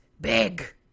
big